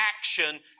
action